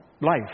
life